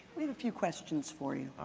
i mean few questions for you.